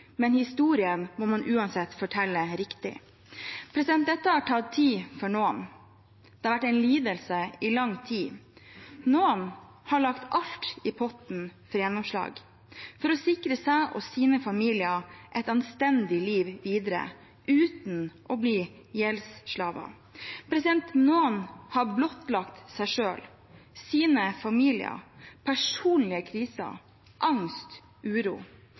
men historien må man uansett fortelle riktig. Dette har tatt tid for noen. Det har vært en lidelse i lang tid. Noen har lagt alt i potten for gjennomslag for å sikre seg og sine familier et anstendig liv videre, uten å bli gjeldsslaver. Noen har blottlagt seg selv, sine familier, personlige kriser, angst, uro.